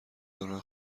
دارن